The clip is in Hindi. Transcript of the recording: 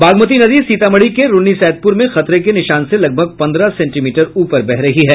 बागमती नदी सीतामढ़ी के रून्नी सैदपुर में खतरे के निशान से लगभग पन्द्रह सेंटीमीटर ऊपर बह रही है